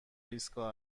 ایستگاه